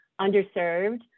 underserved